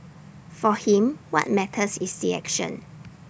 for him what matters is the action